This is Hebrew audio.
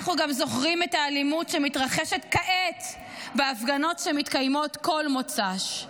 אנחנו גם זוכרים את האלימות שמתרחשת כעת בהפגנות שמתקיימות כל מוצ"ש.